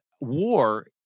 War